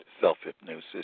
self-hypnosis